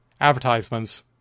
advertisements